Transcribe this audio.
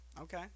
Okay